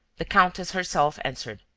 the countess herself answered.